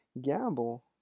gamble